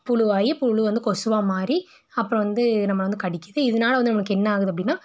புழுவாகி புழு வந்து கொசுவாக மாறி அப்பறம் வந்து நம்மளை வந்து கடிக்கிது இதனால வந்து நம்மளுக்கு என்ன ஆகுது அப்படின்னா